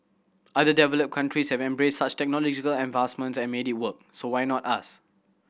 other developed countries have embraced such technological advancements and made it work so why not us